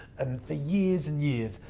and for years and years,